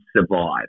survive